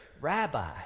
rabbi